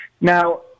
Now